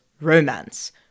romance